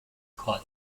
quite